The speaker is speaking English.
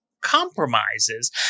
compromises